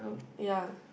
ya